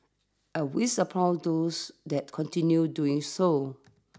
and we support those that continue doing so